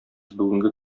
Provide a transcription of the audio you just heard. бүгенге